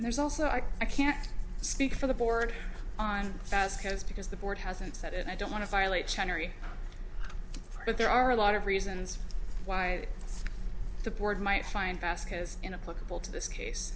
and there's also i can't speak for the board on fast cars because the board hasn't said it and i don't want to violate but there are a lot of reasons why the board might find vasquez in a political to this case